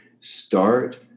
start